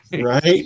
right